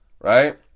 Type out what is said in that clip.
Right